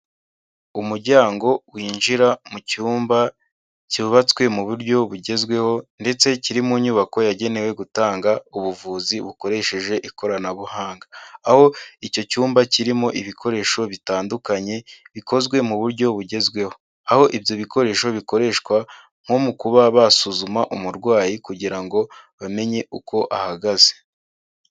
Umuryango winjira mu cyumba cyubatswe mu buryo bugezweho ndetse kiri mu nyubako yagenewe gutanga ubuvuzi bukoresheje ikoranabuhanga, aho icyo cyumba kirimo ibikoresho bitandukanye bikozwe mu buryo bugezweho, aho ibyo bikoresho bikoreshwa nko mu kuba basuzuma umurwayi kugira ngo bamenye uko ahagaze.